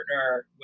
partner